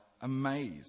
amazed